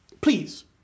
Please